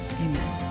Amen